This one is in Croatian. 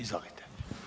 Izvolite.